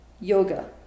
yoga